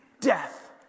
Death